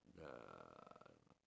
the